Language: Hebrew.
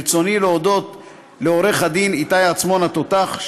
ברצוני להודות לעורך הדין איתי עצמון התותח,